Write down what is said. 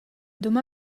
doma